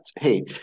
hey